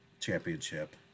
Championship